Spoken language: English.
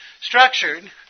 structured